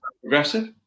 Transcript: Progressive